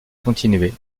continuer